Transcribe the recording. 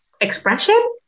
expression